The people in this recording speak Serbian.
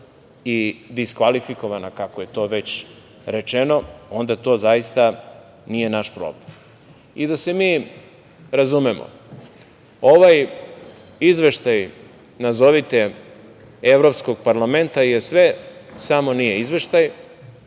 i diskvalifikovana, kako je to već rečeno, onda to zaista nije naš problem. Da se mi razumemo, ovaj izveštaj, nazovite Evropskog parlamenta, je sve samo nije izveštaj